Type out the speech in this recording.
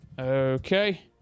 Okay